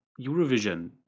Eurovision